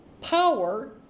power